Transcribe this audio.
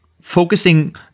focusing